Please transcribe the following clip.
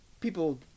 people